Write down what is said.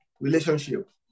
relationship